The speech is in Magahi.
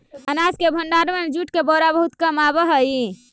अनाज के भण्डारण में जूट के बोरा बहुत काम आवऽ हइ